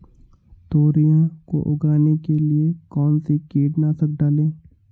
तोरियां को उगाने के लिये कौन सी कीटनाशक डालें?